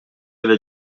эле